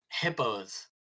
hippos